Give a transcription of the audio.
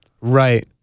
Right